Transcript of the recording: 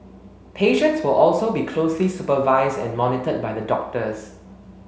patients will also be closely supervise and monitored by the doctors